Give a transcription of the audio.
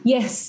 Yes